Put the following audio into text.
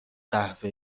قهوه